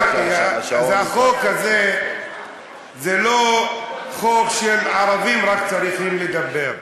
החוק הזה זה לא חוק שרק ערבים צריכים לדבר עליו,